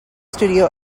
studio